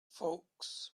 folks